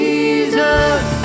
Jesus